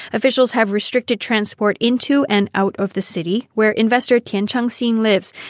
officials have restricted transport into and out of the city, where investor tian changxing lives.